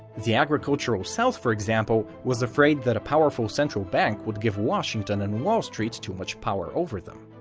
the agricultural south, for example, was afraid that a powerful central bank would give washington and wall street too much power over them.